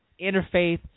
interfaith